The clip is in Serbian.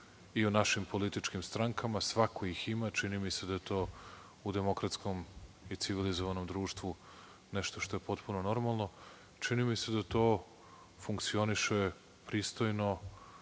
i u našim političkim strankama, svako ih ima, čini mi se da je to u demokratskom i civilizovanom društvu nešto što je potpuno normalno, čini mi se da to funkcioniše pristojno